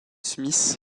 smith